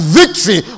victory